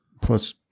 plus